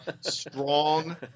strong